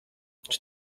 czy